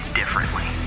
differently